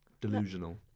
Delusional